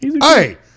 hey